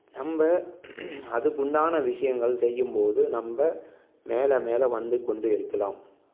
நம்ப அதுக்குண்டான விஷயங்கள் செய்யும்போது நம்ப மேலே மேலே வந்து கொண்டு இருக்கலாம்